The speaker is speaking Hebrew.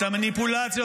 עמית.